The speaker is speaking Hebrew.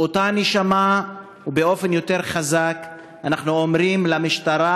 באותה נשימה ובאופן חזק יותר אנחנו אומרים למשטרה: